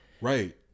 Right